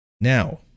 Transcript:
Now